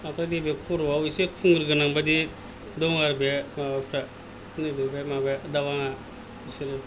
आमफ्राय नै बे खर'आव एसे खुंगुर गोनां बायदि दं आरो बे माबाफ्रा नै बे माबाया दावाङा बिसोरो